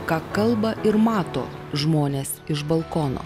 ką kalba ir mato žmonės iš balkono